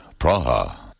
Praha